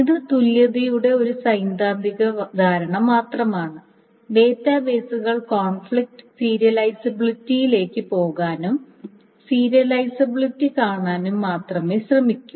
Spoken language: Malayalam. ഇത് തുല്യതയുടെ ഒരു സൈദ്ധാന്തിക ധാരണ മാത്രമാണ് ഡാറ്റാബേസുകൾ കോൺഫ്ലിക്റ്റ് സീരിയലൈസബിലിറ്റിയിലേക്ക് പോകാനും സീരിയലൈസബിലിറ്റി കാണാനും മാത്രമേ ശ്രമിക്കൂ